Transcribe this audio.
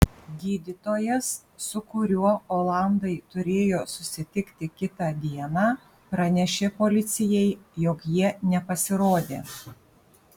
gydytojas su kuriuo olandai turėjo susitikti kitą dieną pranešė policijai jog jie nepasirodė